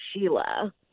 Sheila